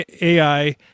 AI